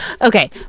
Okay